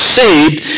saved